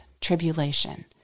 tribulation